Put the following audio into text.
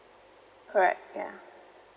correct ya